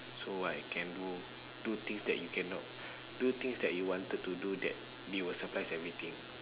so I can do do things that you cannot do things that you wanted to do that will surprise everything